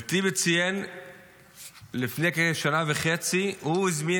וטיבי ציין שלפני כשנה וחצי הוא הזמין